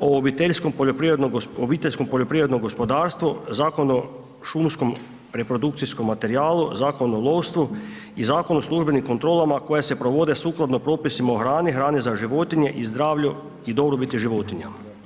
o obiteljskom poljoprivrednom gospodarstvu, Zakon o šumskom reprodukcijskom materijalu, Zakon o lovstvu i Zakon o službenim kontrolama koje se provode sukladno propisima o hrani, hrani za životinje i zdravlju i dobrobiti životinja.